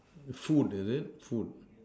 food is it food